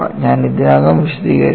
ഞാൻ ഇതിനകം വിശദീകരിച്ചു